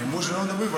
אמרו לי שלא מדברים.